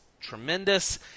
tremendous